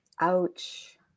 Ouch